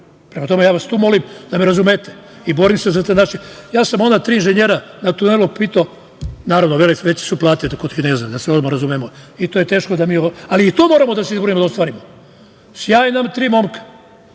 Prema tome, ja vas tu molim da me razumete i borim se za te naše. Ja sam ona tri inženjera na tunelu pitao, naravno, veće su plate kod Kineza, da se odmah razumemo, ali moramo da se trudimo da to ostvarimo. Sjajna tri momka,